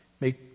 Make